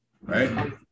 Right